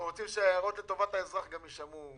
אנחנו רוצים שההערות לטובת האזרח גם יישמעו,